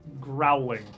growling